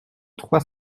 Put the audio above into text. trois